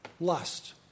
Lust